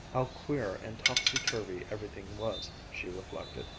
how queer and topsy-turvy everything was, she reflected,